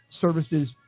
services